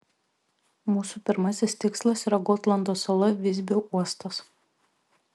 mūsų pirmasis tikslas yra gotlando sala visbio uostas